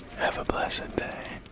have a blessed day.